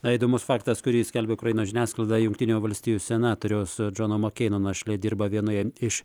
na įdomus faktas kurį skelbia ukrainos žiniasklaida jungtinių valstijų senatoriaus džono makeino našlė dirba vienoje iš